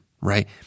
right